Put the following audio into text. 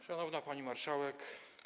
Szanowna Pani Marszałek!